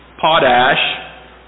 potash